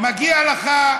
מגיע לך,